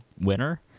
winner